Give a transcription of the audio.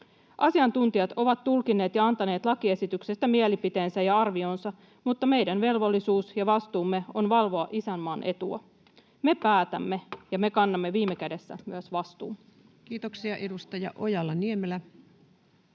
Asiantuntijat ovat tulkinneet ja antaneet lakiesityksestä mielipiteensä ja arvionsa, mutta meidän velvollisuutemme ja vastuumme on valvoa isänmaan etua. Me päätämme, ja me myös kannamme viime kädessä vastuun.